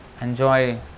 enjoy